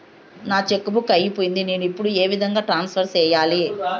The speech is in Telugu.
నా చెక్కు బుక్ అయిపోయింది నేను ఇప్పుడు ఏ విధంగా ట్రాన్స్ఫర్ సేయాలి?